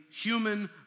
human